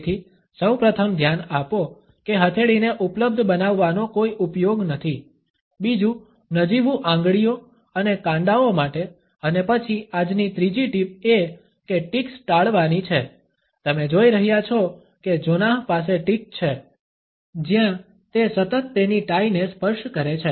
તેથી સૌ પ્રથમ ધ્યાન આપો કે હથેળીને ઉપલબ્ધ બનાવવાનો કોઈ ઉપયોગ નથી બીજુ નજીવુ આંગળીઓ અને કાંડાઓ માટે અને પછી આજની ત્રીજી ટિપ એ કે ટિક્સ ટાળવાની છે તમે જોઈ રહ્યા છો કે જોનાહ પાસે ટિક છે જ્યાં તે સતત તેની ટાઇને સ્પર્શ કરે છે